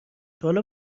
حالا